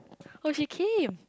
oh she came